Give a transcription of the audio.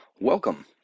Welcome